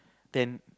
then